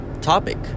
topic